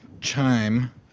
chime